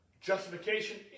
Justification